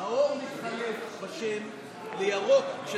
האור מתחלף בשם לירוק.